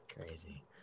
Crazy